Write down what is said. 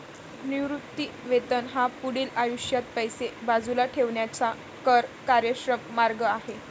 निवृत्ती वेतन हा पुढील आयुष्यात पैसे बाजूला ठेवण्याचा कर कार्यक्षम मार्ग आहे